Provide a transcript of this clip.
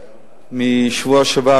בשבוע שעבר,